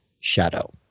shadow